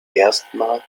erstmals